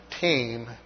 team